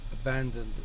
Abandoned